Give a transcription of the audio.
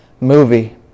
movie